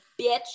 bitch